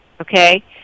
okay